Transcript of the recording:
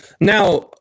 Now